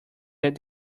that